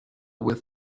with